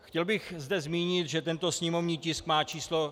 Chtěl bych zde zmínit, že tento sněmovní tisk má číslo 238.